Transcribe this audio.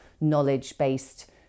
knowledge-based